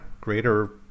greater